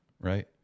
right